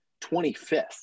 25th